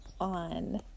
on